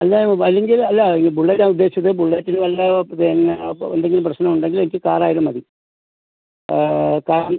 അല്ലേ അല്ലെങ്കിൽ അല്ല ഈ ബുള്ളറ്റാണ് ഉദ്ദേശിച്ചത് ബുള്ളറ്റിന് വല്ല പിന്നെ അപ്പോൾ എന്തെങ്കിലും പ്രശ്നം ഉണ്ടെങ്കിൽ എനിക്ക് കാറായാലും മതി കാറ്